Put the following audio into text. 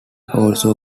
also